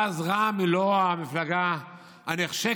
ואז רע"מ היא לא המפלגה הנחשקת,